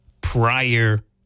prior